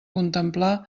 contemplar